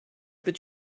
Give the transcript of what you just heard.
that